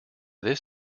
this